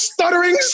stutterings